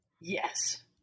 yes